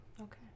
Okay